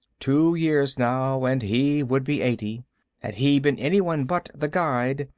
two years, now, and he would be eighty had he been anyone but the guide,